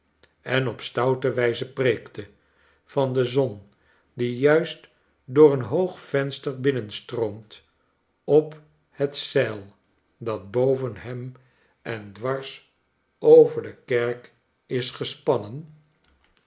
en op stoute wijze preekte van de zon die juist door een hoog venster binnenstroomt op het zeil dat boven hem en dwars over de kerk is gespannen